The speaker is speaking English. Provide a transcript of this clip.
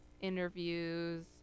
interviews